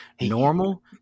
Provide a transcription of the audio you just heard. normal